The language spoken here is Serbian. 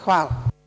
Hvala.